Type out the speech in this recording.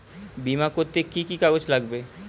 বিমা করতে কি কি কাগজ লাগবে?